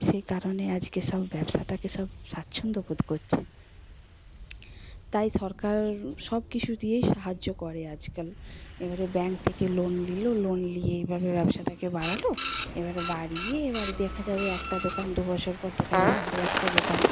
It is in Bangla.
সেই কারণে আজকে সব ব্যবসাটাকে সব স্বাচ্ছন্দ্য বোধ করছে তাই সরকার সবকিছু দিয়েই সাহায্য করে আজকাল এবারে ব্যাঙ্ক থেকে লোন নিলো লোন নিয়ে এইভাবে ব্যবসাটাকে বাড়ালো এবারে বাড়িয়ে এবার দেখা যাবে একটা দোকান দুবছর পর দেখা যাবে আরও একটা দোকান